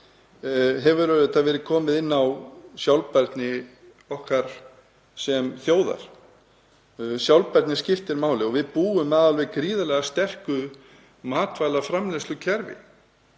hefur verið komið inn á sjálfbærni okkar sem þjóðar. Sjálfbærni skiptir máli og við búum að gríðarlega sterku matvælaframleiðslukerfi